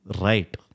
right